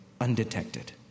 undetected